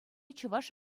чӑваш